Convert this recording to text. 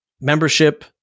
membership